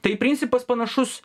tai principas panašus